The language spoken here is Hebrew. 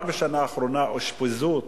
רק בשנה האחרונה נפגעו,